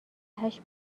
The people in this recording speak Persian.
هشت